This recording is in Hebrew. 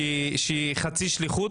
שהיא חצי שליחות,